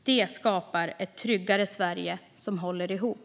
Det skapar ett tryggare Sverige som håller ihop.